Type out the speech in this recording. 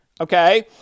okay